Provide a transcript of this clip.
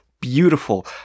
beautiful